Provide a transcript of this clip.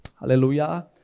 Hallelujah